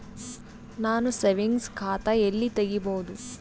ನಾನು ಸೇವಿಂಗ್ಸ್ ಖಾತಾ ಎಲ್ಲಿ ತಗಿಬೋದು?